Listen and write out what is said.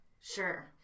Sure